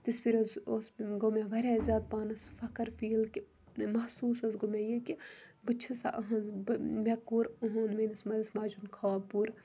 تِژھ پھِرِ حظ گوٚو مےٚ پانَس پیٹھ واریاہ زیادٕ فخر فیٖل کہِ محسوس حظ گوٚو مےٚ یہِ کہِ بہٕ چھا اِہٕنٛز مےٚ کوٚر اُہُنٛد میٲنِس مٲلِس ماجہِ ہُنٛد خاب پوٗرٕ